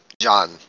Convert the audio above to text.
John